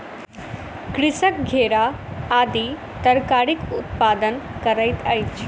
कृषक घेरा आदि तरकारीक उत्पादन करैत अछि